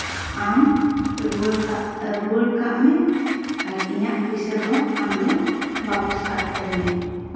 ᱟᱢ ᱨᱩᱣᱟᱹᱲ ᱨᱩᱣᱟᱹᱲ ᱠᱟᱜ ᱢᱮ ᱟᱨ ᱤᱧᱟᱹᱜ ᱯᱩᱭᱥᱟᱹ ᱫᱚ ᱟᱢᱫᱚ ᱵᱟᱯᱚᱥ ᱠᱟᱜ ᱛᱟᱹᱧ ᱢᱮ